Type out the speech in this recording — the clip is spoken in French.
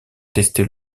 tester